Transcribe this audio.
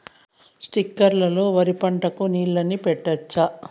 స్ప్రింక్లర్లు లో వరి పంటకు నీళ్ళని పెట్టొచ్చా?